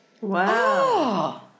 Wow